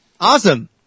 Awesome